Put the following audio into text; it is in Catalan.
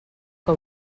que